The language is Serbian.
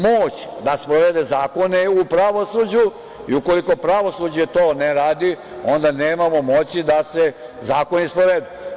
Moć da sprovede zakone je u pravosuđu i ukoliko pravosuđe to ne radi, onda nemamo moći da se zakoni sprovedu.